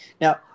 Now